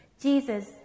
Jesus